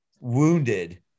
wounded